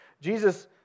Jesus